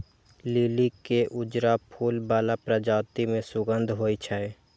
लिली के उजरा फूल बला प्रजाति मे सुगंध होइ छै